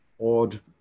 odd